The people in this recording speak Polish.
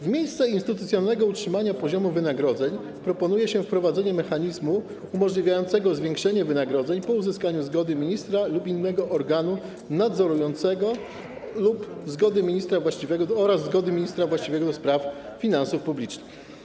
W miejsce instytucjonalnego utrzymania poziomu wynagrodzeń proponuje się wprowadzenie mechanizmu umożliwiającego zwiększenie wynagrodzeń po uzyskaniu zgody ministra lub innego organu nadzorującego oraz zgody ministra właściwego do spraw finansów publicznych.